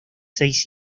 seis